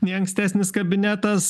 nei ankstesnis kabinetas